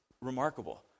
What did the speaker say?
remarkable